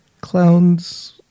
Clowns